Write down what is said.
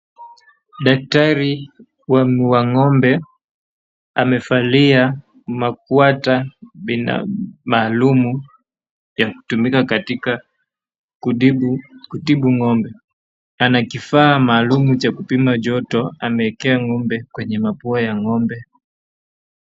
Daktari wa ng'ombe amevalia makuata bila maalumu ya kutumika katika kutibu kutibu ng'ombe, ana kifaa maalum cha kupima joto ameekea ngombe kwenye mapua ya ng'ombe.